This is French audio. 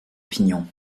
opinion